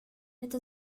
это